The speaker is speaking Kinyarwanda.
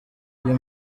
uyu